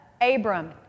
Abram